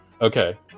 Okay